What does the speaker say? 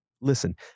listen